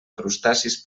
crustacis